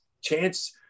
chance